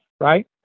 right